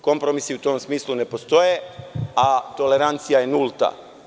Kompromisi u tom smislu ne postoje, a tolerancija je nulta.